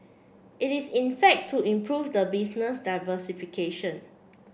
it is in fact to improve the business diversification